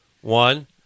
One